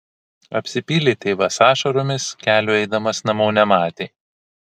apsipylė tėvas ašaromis kelio eidamas namo nematė